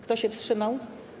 Kto się wstrzymał?